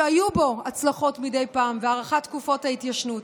שהיו בו הצלחות מדי פעם והארכת תקופות ההתיישנות.